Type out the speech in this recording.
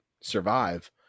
survive